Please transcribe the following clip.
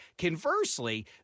Conversely